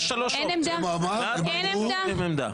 יש שלוש אופציות, בעד, נגד או אין עמדה.